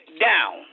down